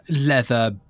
leather